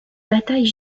batailles